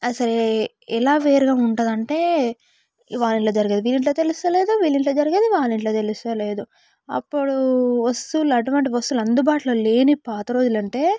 అసలు ఎలా వేరుగా ఉంటుంది అంటే వాళ్ళ ఇంట్లో జరిగేది వీళ్ళ ఇంట్లో తెలుస్తలేదు వీరి ఇంట్లో జరిగేది వాళ్ళ ఇంట్లో తెలుస్తలేదు అప్పుడు వస్తువుల అటువంటి వస్తువులు అందుబాటులో లేని పాత రోజులు అంటే